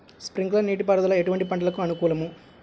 Sprinkler నీటిపారుదల ఎటువంటి పంటలకు అనుకూలము?